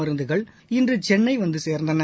மருந்துகள் இன்று சென்னை வந்து சேர்ந்தன